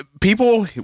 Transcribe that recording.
people